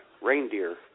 reindeer